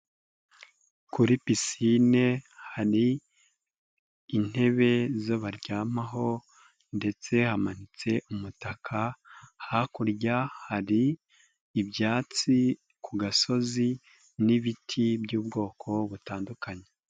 Kuri pisine hari intebe zo baryamaho ndetse hamanitse umutaka, hakurya hari ibyatsi ku gasozi n'ibiti by'ubwoko butandukanye.